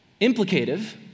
implicative